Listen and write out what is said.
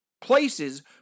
places